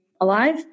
alive